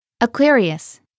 Aquarius